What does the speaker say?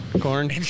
Corn